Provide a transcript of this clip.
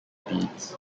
beads